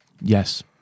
Yes